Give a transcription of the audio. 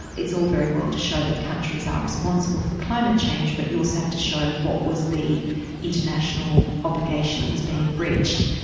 it's all very well to show that countries are responsible for climate change, but you also so have to show what was the international obligation that was being breached.